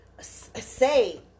say